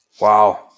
Wow